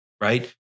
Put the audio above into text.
right